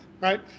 right